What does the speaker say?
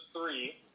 three